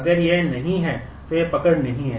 अगर यह नहीं है तो यह पकड़ नहीं है